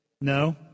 No